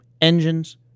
engines